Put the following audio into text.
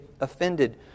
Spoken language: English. offended